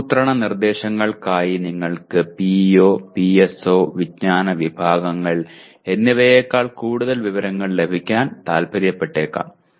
ആസൂത്രണ നിർദ്ദേശങ്ങൾക്കായി നിങ്ങൾക്ക് PO PSO വിജ്ഞാന വിഭാഗങ്ങൾ എന്നിവയേക്കാൾ കൂടുതൽ വിവരങ്ങൾ ലഭിക്കാൻ താൽപ്പര്യപ്പെട്ടേക്കാം